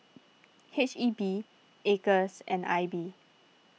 H E B Acres and I B